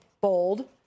bold